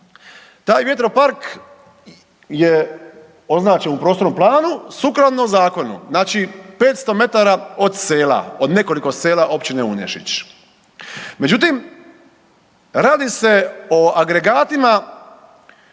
Taj vjetropark je označen u prostornom planu sukladno zakonu, znači 500 metara od sela, od nekoliko sela općine Unešić. Međutim, radi se o agregatima